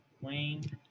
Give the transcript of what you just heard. Wayne